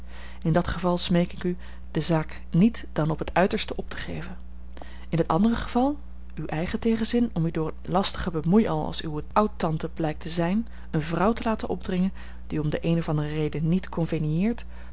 in dat geval smeek ik u de zaak niet dan op het uiterste op te geven in t andere geval uw eigen tegenzin om u door eene lastige bemoeial als uwe oudtante blijkt te zijn eene vrouw te laten opdringen die u om de eene of andere reden niet